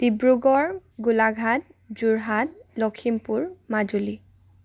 Dibrugarh Golaghat Jorhat Lakhimpur Majuli